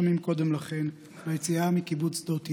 ימים קודם לכן ביציאה מקיבוץ שדות ים.